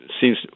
seems